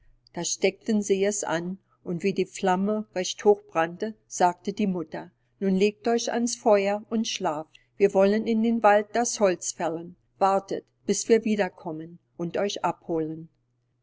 da steckten sie es an und wie die flamme recht groß brannte sagte die mutter nun legt euch ans feuer und schlaft wir wollen in dem wald das holz fällen wartet bis wir wieder kommen und euch abholen